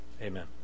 amen